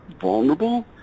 vulnerable